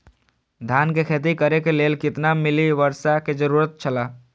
धान के खेती करे के लेल कितना मिली वर्षा के जरूरत छला?